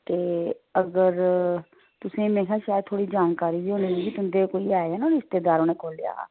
ते में हा तुसेंगी जानकारी होनी की तुंदे ना इक्क रिश्तेदार नै खोल्लेआ हा